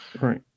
right